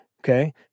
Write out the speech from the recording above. okay